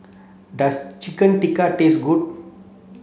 does Chicken Tikka taste good